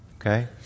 Okay